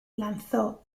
lanzó